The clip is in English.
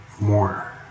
more